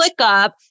ClickUp